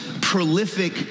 prolific